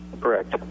Correct